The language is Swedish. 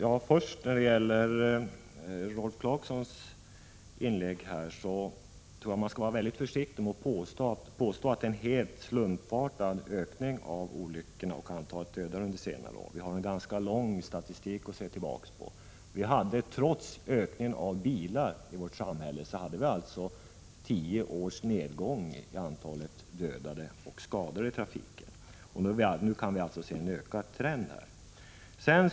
Herr talman! Vad först gäller Rolf Clarksons inlägg vill jag säga att man skall vara mycket försiktig med att påstå att den ökning som under senare år skett av antalet trafikolyckor och trafikdödade är helt slumpartad. Vår statistik på detta område täcker en ganska lång period. Trots ökningen av antalet bilar i vårt land hade vi under tio år en nedgång i antalet dödade och skadade i trafiken. Nu kan vi återigen se en ökningstendens.